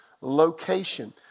location